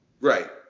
right